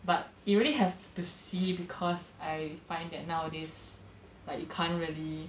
but you really have to see because I find that nowadays like you can't really